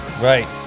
Right